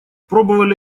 пробовали